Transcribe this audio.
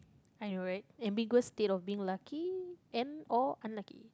I know right ambiguous state of being lucky and or unlucky